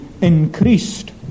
increased